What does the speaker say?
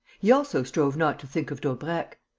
he also strove not to think of daubrecq.